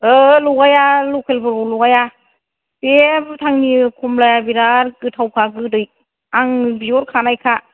ओहो लगाया लकेलखौ लगाया बे भुटाननि कमलाया बिराद गोथावखा गोदै आं बिहर खानायखा